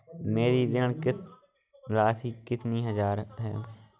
मेरी ऋण किश्त राशि कितनी हजार की है?